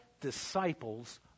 disciples